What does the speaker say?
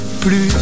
plus